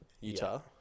Utah